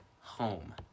home